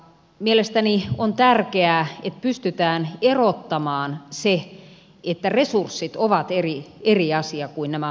mielestäni on tärkeää että pystytään erottamaan se että resurssit ovat eri asia kuin nämä hallintorakenteet